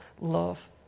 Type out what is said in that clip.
love